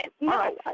No